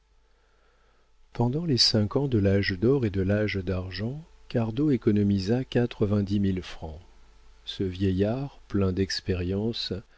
pendant les cinq ans de l'âge d'or et de l'âge d'argent cardot économisa quatre-vingt-dix mille francs ce vieillard plein d'expérience